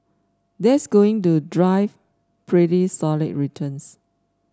that's going to drive pretty solid returns